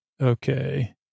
Okay